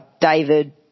David